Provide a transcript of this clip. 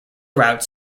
routes